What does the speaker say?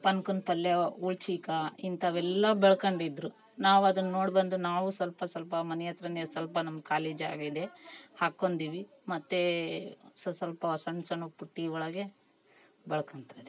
ಪನ್ಕನ್ ಪಲ್ಯ ಉಲ್ಚಿಕ ಇಂಥವೆಲ್ಲಾ ಬೆಳ್ಕೊಂಡಿದ್ರು ನಾವು ಅದನ್ನು ನೋಡಿ ಬಂದು ನಾವು ಸ್ವಲ್ಪ ಸ್ವಲ್ಪ ಮನೆ ಹತ್ರನೇ ಸ್ವಲ್ಪ ನಮ್ಮ ಖಾಲಿ ಜಾಗ ಇದೆ ಹಾಕ್ಕೊಂಡಿವಿ ಮತ್ತು ಸೊಸ್ವಲ್ಪ ಸಣ್ಣ ಸಣ್ಣ ಪುಟ್ಟಿ ಒಳಗೆ ಬೆಳ್ಕೊನ್ತಿದಿವಿ